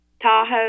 Tahoe